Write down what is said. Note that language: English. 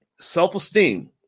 self-esteem